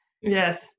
Yes